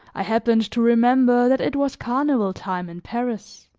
i happened to remember that it was carnival time in paris.